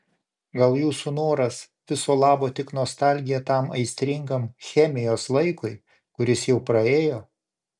gal jūsų noras viso labo tik nostalgija tam aistringam chemijos laikui kuris jau praėjo